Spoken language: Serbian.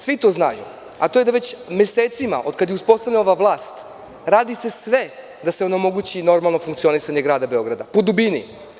Svi to znaju, a to je da već mesecima od kada je uspostavljena ova vlast radi se sve da se onemogući normalno funkcionisanje grada Beograda po dubini.